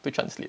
to translate